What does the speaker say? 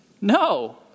No